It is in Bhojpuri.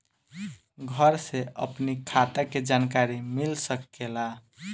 घर से अपनी खाता के जानकारी मिल सकेला?